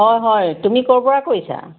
হয় হয় তুমি ক'ৰ পৰা কৈছা